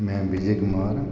में बिजय कुमार